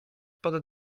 pod